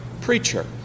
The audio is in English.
preacher